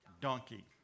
donkey